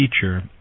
teacher